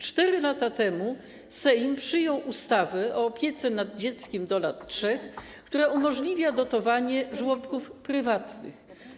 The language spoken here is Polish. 4 lata temu Sejm przyjął ustawę o opiece nad dziećmi w wieku do lat 3, która umożliwia dotowanie żłobków prywatnych.